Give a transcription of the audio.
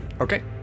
Okay